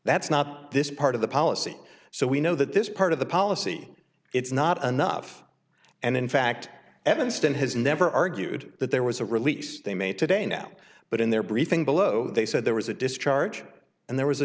that's not this part of the policy so we know that this part of the policy it's not enough and in fact evanston has never argued that there was a release they made today now but in their briefing below they said there was a discharge and there was a